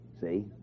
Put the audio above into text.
See